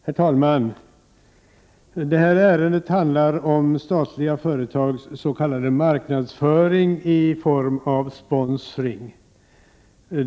Herr talman! Det här ärendet handlar om statliga företags s.k. marknadsföring i form av sponsring.